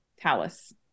Talus